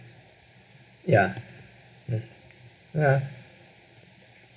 ya um ya